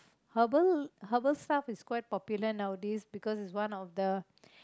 herbal herbal stuff is quite popular nowadays because it's one of the